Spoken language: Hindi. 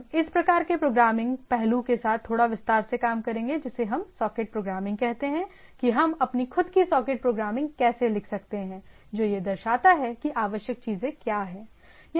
हम इस प्रकार के प्रोग्रामिंग पहलू के साथ थोड़ा विस्तार से काम करेंगे जिसे हम सॉकेट प्रोग्रामिंग कहते हैं कि हम अपनी खुद की सॉकेट प्रोग्रामिंग कैसे लिख सकते हैं जो यह दर्शाती है कि आवश्यक चीजें क्या हैं